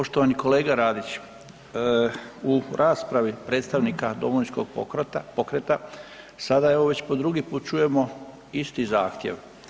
Poštovani kolega Radić u raspravi predstavnika Domovinskog pokreta sada evo već po drugi put čujemo isti zahtjev.